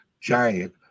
giant